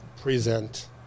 present